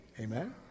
Amen